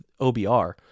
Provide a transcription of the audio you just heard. obr